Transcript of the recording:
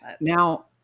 Now